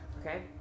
Okay